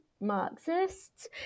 Marxists